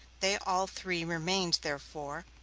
they all three remained, therefore,